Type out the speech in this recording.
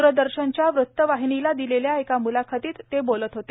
द्रदर्शनच्या वृत्त वाहिनीला दिलेल्या एका मुलाखतीत ते बोलत होते